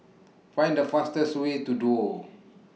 Find The fastest Way to Duo